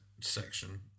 section